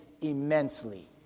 immensely